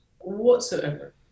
whatsoever